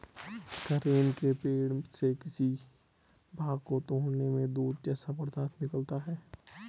कनेर के पेड़ के किसी भाग को तोड़ने में दूध जैसा पदार्थ निकलता है